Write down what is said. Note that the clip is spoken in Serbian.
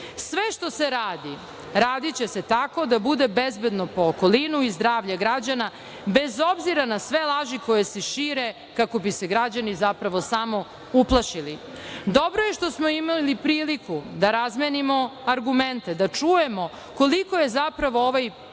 Sve što se radi, radiće se tako da bude bezbedno po okolinu i zdravlje građana bez obzira na sve laži koje se šire kako bi se građani zapravo samo uplašili. Dobro je što smo imali priliku da razmenimo argumente, da čujemo koliko je zapravo ovaj predlog